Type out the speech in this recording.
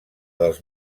dels